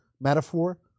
metaphor